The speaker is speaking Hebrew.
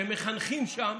שמחנכים שם,